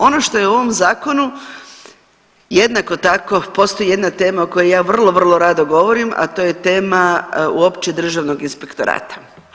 Ono što je u ovom zakonu jednako tako, postoji jedna tema o kojoj ja vrlo, vrlo rado govorim, a to je tema uopće Državnog inspektorata.